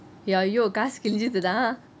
ya !aiyo! காசு கிழிஞ்சுது:kaasu kilinjuthu lah